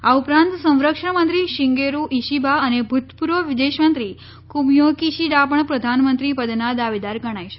આ ઉપરાંત સંરક્ષણ મંત્રી શિગેરૂ ઈશીબા અને ભૂતપૂર્વ વિદેશમંત્રી કુમીઓ કિશિડા પણ પ્રધાનમંત્રી પદના દાવેદાર ગણાય છે